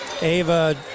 Ava